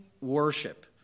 worship